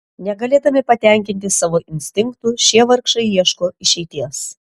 negalėdami patenkinti savo instinktų šie vargšai ieško išeities